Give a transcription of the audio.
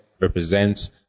represents